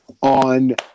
On